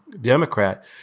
Democrat